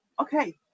Okay